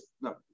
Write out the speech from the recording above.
no